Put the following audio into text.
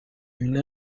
une